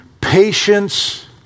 patience